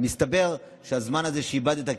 ומסתבר שאת הזמן הזה איבדת,